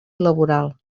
laboral